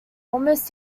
almost